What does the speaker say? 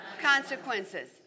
Consequences